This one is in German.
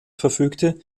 verfügte